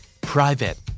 Private